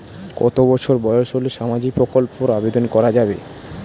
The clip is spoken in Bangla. কত বছর বয়স হলে সামাজিক প্রকল্পর আবেদন করযাবে?